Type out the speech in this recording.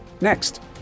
Next